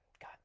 God